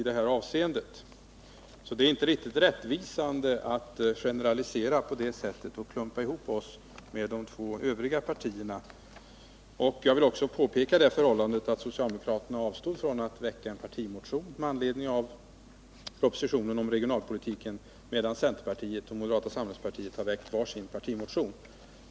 Det är alltså inte riktigt rättvisande att generalisera på det här sättet och klumpa ihop oss med de två övriga partierna. Jag vill också peka på det förhållandet att socialdemokraterna avstod från att väcka en partimotion med anledning av propositionen om regionalpolitiken, medan centerpartiet och moderata samlingspartiet har väckt var sin partimotion.